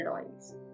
oils